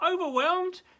Overwhelmed